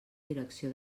direcció